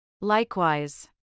Likewise